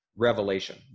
revelation